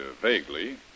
vaguely